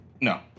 No